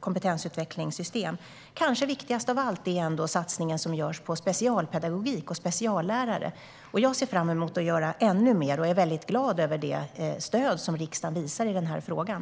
kompetensutvecklingssystem. Kanske viktigast av allt är den satsning som görs på specialpedagogik och speciallärare. Jag ser fram emot att göra ännu mer och är glad över det stöd som riksdagen visar i den här frågan.